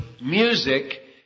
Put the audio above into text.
music